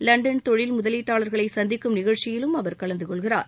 London தொழில் முதலீட்டாளர்களை சந்திக்கும் நிகழ்ச்சியிலும் அவர் கலந்து கொள்கிறார்